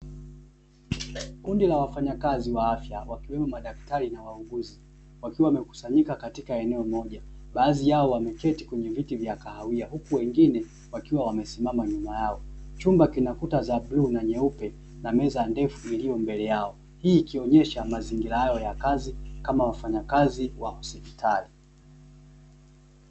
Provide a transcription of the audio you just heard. Kundi la wafanyakazi wa afya wakiwemo madaktari na wauguzi wakiwa wamekusanyika katika eneo moja, baadhi yao wameketi kwenye viti vya kahawia huku wengine wakiwa wamesimama nyuma yao. Chumba kina kuta za bluu na nyeupe na meza ndefu iliyo mbele yao hii ikionyesha mazingira hayo ya kazi kama wafanyakazi wa hospitali.